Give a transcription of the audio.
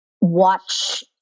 watch